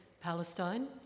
Palestine